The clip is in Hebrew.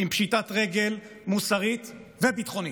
עם פשיטת רגל מוסרית וביטחונית.